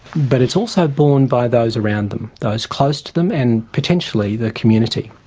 but it's also borne by those around them, those close to them and, potentially, the community.